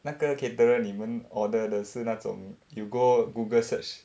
那个 caterer 你们 order 的是那种 you go Google search